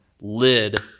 lid